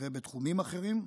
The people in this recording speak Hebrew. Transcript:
ובתחומים אחרים,